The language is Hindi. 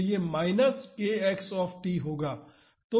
तो यह माइनस k X होगा